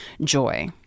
joy